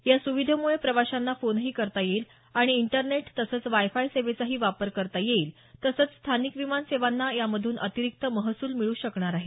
या सुविधेम्ळे प्रवाशांना फोनही करता येईल आणि इंटरनेट तसंच वायफाय सेवेचाही वापर करता येईल तसंच स्थानिक विमानसेवांना यामधून अतिरिक्त महसूल मिळू शकणार आहे